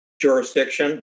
jurisdiction